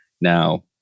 Now